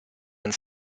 and